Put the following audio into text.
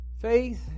Faith